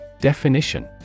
Definition